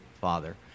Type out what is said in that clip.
Father